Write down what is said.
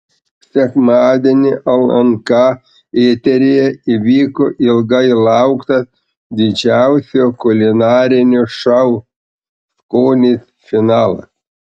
sekmadienį lnk eteryje įvyko ilgai lauktas didžiausio kulinarinio šou skonis finalas